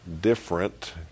different